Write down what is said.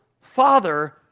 father